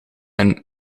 een